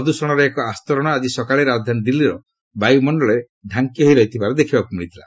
ପ୍ରଦୂଷଣର ଏକ ଆସ୍ତରଣ ଆଜି ସକାଳେ ରାଜଧାନୀ ଦିଲ୍ଲୀର ବାୟୁମଣ୍ଡଳରେ ଡ଼ାଙ୍କି ହୋଇ ରହିଥିବାର ଦେଖିବାକୁ ମିଳିଥିଲା